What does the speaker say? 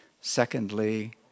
Secondly